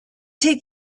take